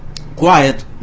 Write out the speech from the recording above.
quiet